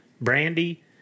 Brandy